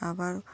আবার